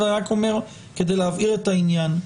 אני רק אומר כדי להבהיר את העניין.